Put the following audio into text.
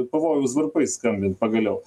pavojaus varpais skambint pagaliau